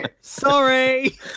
sorry